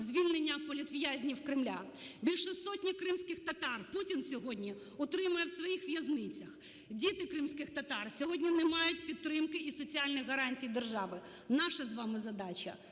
звільнення політв'язнів Кремля. Більше сотні кримських татар Путін сьогодні утримує в своїх в'язницях, діти кримських татар сьогодні не мають підтримки і соціальних гарантій держави. Наша з вами задача